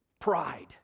pride